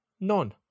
None